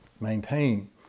maintain